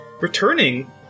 returning